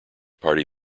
party